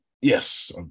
yes